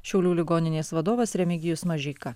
šiaulių ligoninės vadovas remigijus mažeika